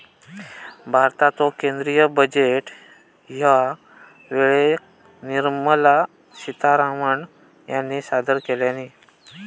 भारताचो केंद्रीय बजेट ह्या वेळेक निर्मला सीतारामण ह्यानी सादर केल्यानी